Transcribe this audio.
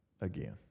again